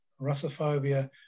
Russophobia